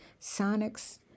sonics